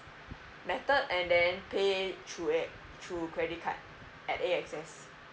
method and then pay through a~ through credit card at axs